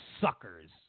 suckers